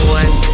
one